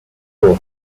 thor